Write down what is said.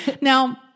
Now-